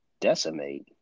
decimate